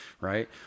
right